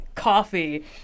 Coffee